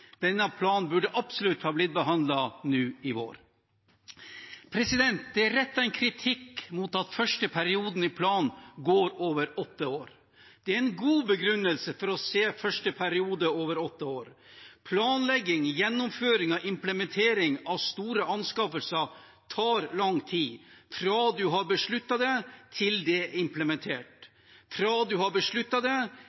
Denne planen burde absolutt ha blitt behandlet nå i vår. Det er rettet en kritikk mot at første perioden i planen går over åtte år. Det er en god begrunnelse for å se første periode over åtte år. Planlegging, gjennomføring og implementering av store anskaffelser tar lang tid, fra man har besluttet det, til det er implementert